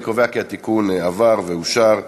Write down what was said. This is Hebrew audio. אני קובע כי התיקון עבר ואושר.